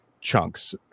chunks